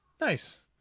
Nice